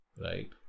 right